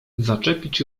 zaczepić